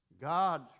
God